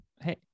Hey